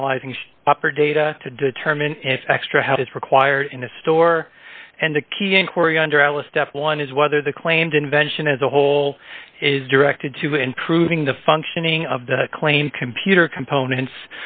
analyzing upper data to determine if extra help is required in a store and a key inquiry under out of step one is whether the claimed invention as a whole is directed to improving the functioning of the claim computer components